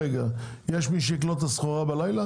יש מי שיקלוט את הסחורה בלילה?